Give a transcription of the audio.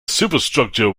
superstructure